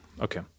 Okay